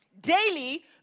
daily